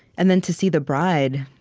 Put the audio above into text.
and then to see the bride,